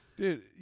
dude